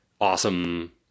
awesome